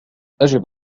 أجب